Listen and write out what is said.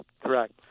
Correct